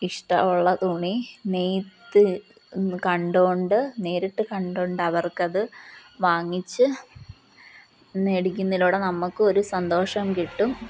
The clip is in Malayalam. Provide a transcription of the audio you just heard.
ഇഷ്ടമുള്ള തുണി നെയ്ത്ത് കണ്ടുകൊണ്ട് നേരിട്ട് കണ്ടുകൊണ്ട് അവർക്കത് വാങ്ങിച്ച് വേടിക്കുന്നതിലൂടെ നമുക്കും ഒരു സന്തോഷം കിട്ടും